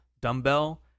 dumbbell